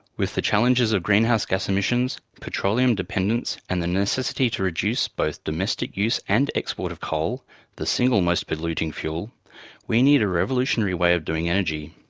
with the challenges of greenhouse gas emissions, petroleum dependence and the necessity to reduce both domestic use and export of coal the single most polluting fuel we need a revolutionary way of doing energy.